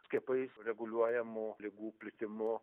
skiepais reguliuojamų ligų plitimu